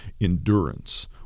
endurance